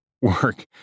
work